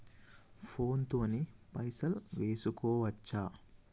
Phone తోని పైసలు వేసుకోవచ్చా?